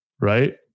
Right